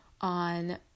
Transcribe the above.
on